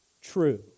true